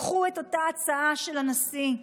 קחו את אותה הצעה של הנשיא,